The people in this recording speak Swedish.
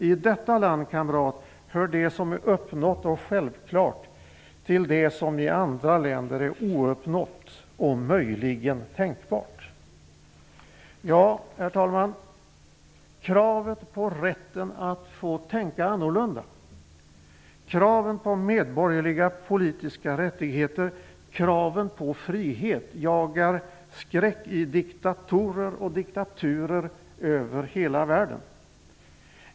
I detta land, kamrat, hör det som är uppnått och självklart till det som i andra länder är ouppnått och möjligen tänkbart.'' Herr talman! Kravet på rätten att få tänka annorlunda, kraven på medborgerliga politiska rättigheter och kraven på frihet jagar skräck i diktatorer och diktaturer över hela världen.